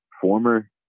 former